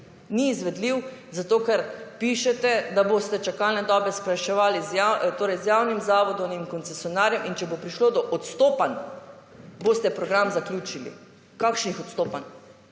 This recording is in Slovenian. Ni izvedljiv zato, ker pišete, da boste čakalne dobe skrajševali z javnim zavodom in koncesionarjem in če bo prišlo do odstopanj, boste program zaključili. Kakšnih odstopanj?